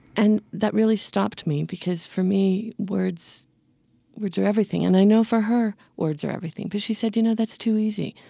and that really stopped me because for me words words are everything, and i know for her words are everything. but she said, you know, that's too easy.